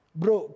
bro